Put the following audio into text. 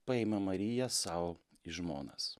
paima mariją sau į žmonas